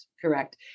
Correct